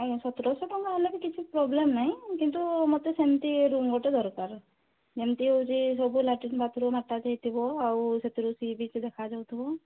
ଆଜ୍ଞା ସତରଶହ ଟଙ୍କା ହେଲେ ବି କିଛି ପ୍ରୋବ୍ଲେମ୍ ନାହିଁ କିନ୍ତୁ ମତେ ସେମିତି ରୁମ୍ ଗୋଟିଏ ଦରକାର ଯେମିତି ହେଉଛି ସବୁ ଲାଟିନ୍ ବାଥରୁମ୍ ଆଟାଚ୍ ହୋଇଥିବ ଆଉ ସେଥିରୁ ସି ବିଚ୍ ଦେଖା ଯାଉଥିବ